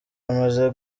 bamaze